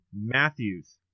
Matthews